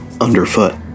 underfoot